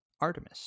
artemis